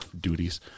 duties